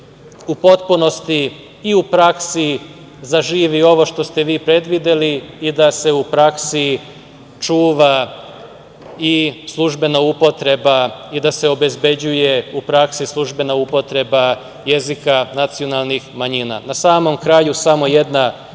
u potpunosti i u praksi zaživi ovo što ste vi predvideli i da se u praksi čuva i službena upotreba i da se obezbeđuje u praksi službena upotreba jezika nacionalnih manjina. Na samom kraju, samo jedna